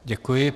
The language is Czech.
Děkuji.